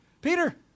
Peter